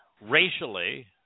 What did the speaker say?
racially